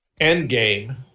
endgame